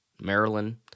Maryland